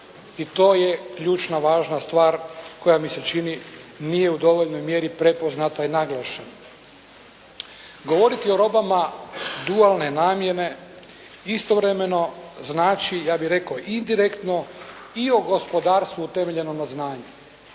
I to je ključno važna stvar koja mi se čini nije u dovoljnoj mjeri prepoznata i naglašena. Govoriti o robama dualne namjene, istovremeno znači indirektno i o gospodarstvu utemeljenom na znanju.